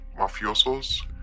mafiosos